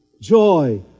joy